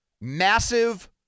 Massive